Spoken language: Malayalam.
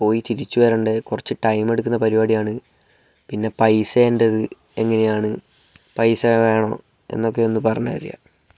പോയി തിരിച്ച് വരണ്ട കുറച്ച് ടൈമെടുക്കുന്ന പരിപാടിയാണ് പിന്നെ പൈസേൻറ്റത് എങ്ങനെയാണ് പൈസ വേണോ എന്നൊക്കെയൊന്ന് പറഞ്ഞുതരിക